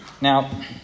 Now